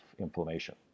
inflammation